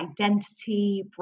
identity